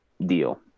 deal